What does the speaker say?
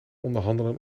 onderhandelen